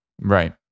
Right